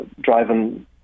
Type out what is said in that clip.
driving